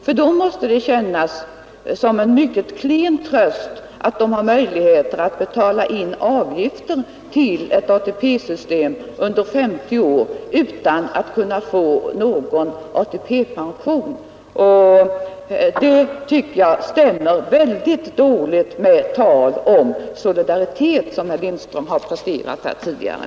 För dem måste det kännas som en = "eringen mycket klen tröst att de har möjligheter att betala in avgifter till ett ATP-system under 50 år utan att kunna få någon ATP-pension. Det stämmer enligt min mening mycket dåligt med talet om solidaritet som | herr Lindström presterat här tidigare.